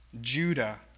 Judah